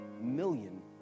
million